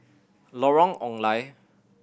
Lorong Ong Lye